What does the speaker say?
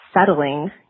settling